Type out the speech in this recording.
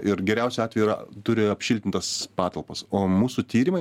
ir geriausiu atveju yra turi apšiltintas patalpas o mūsų tyrimai